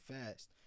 fast